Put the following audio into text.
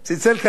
אמר: תשמעו,